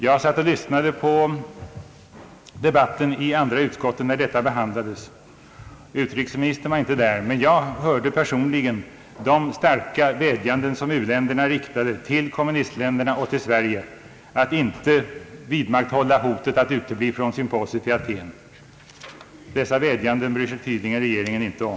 Jag lyssnade på debatten i FN:s andra utskott, när denna fråga behandlades och jag hörde personligen de starka vädjanden som u-länderna riktade till kommunistländerna och till Sverige att inte vidmakthålla beslutet att utebli från symposiet i Athén. Dessa vädjanden bryr sig regeringen tydligen inte om.